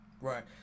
Right